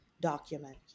document